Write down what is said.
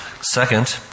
Second